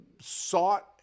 sought